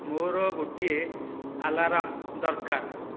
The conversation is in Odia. ମୋ'ର ଗୋଟିଏ ଆଲାର୍ମ୍ ଦରକାର